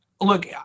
Look